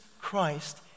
Christ